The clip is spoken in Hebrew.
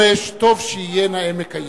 כל נאה דורש טוב שיהיה נאה מקיים.